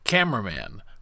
Cameraman